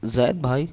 زید بھائی